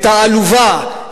את העלובה,